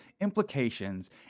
implications